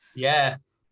yes.